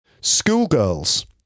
schoolgirls